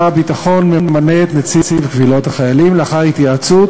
שר הביטחון ממנה את נציב קבילות החיילים לאחר התייעצות